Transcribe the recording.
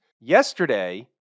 Yesterday